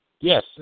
Yes